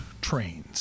trains